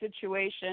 situation